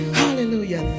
hallelujah